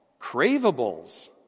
Cravables